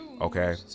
Okay